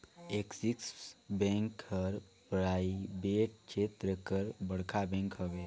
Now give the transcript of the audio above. axis bank हर private छेत्र कर बड़खा बेंक हवे